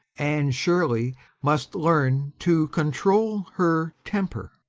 ann shirley must learn to control her temper,